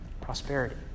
Prosperity